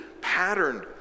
patterned